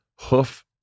hoof